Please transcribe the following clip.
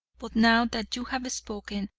but now that you have spoken,